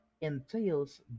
entails